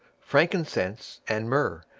frankincense, and myrrh,